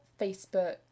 facebook